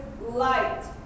light